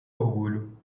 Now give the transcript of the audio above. orgulho